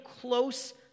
close